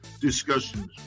discussions